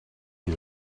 est